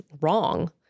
wrong